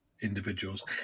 individuals